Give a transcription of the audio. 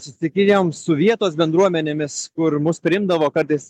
susitikinėjom su vietos bendruomenėmis kur mus priimdavo kartais